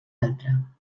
altra